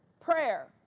prayer